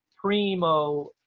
primo